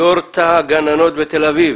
יו"ר תא הגננות בתל אביב